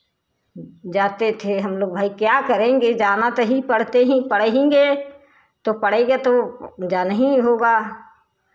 जाते थे हम लोग भाई क्या करेंगे जाना तो ही पड़ते ही पड़हींगे तो पड़ेगा तो जाना ही होगा